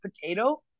potato